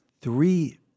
three